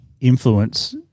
influence